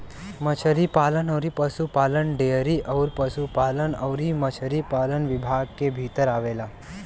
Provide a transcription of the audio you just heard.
मछरी पालन अउर पसुपालन डेयरी अउर पसुपालन अउरी मछरी पालन विभाग के भीतर आवेला